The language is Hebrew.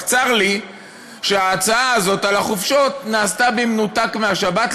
רק צר לי שההצעה הזאת על החופשות נעשתה במנותק מהשבת,